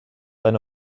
eine